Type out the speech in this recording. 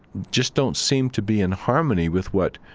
just don't seem to be in harmony with what,